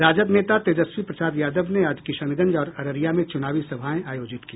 राजद नेता तेजस्वी प्रसाद यादव ने आज किशनगंज और अररिया में चुनावी सभाएं आयोजित की